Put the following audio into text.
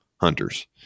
hunters